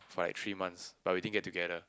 for like three months but we didn't get together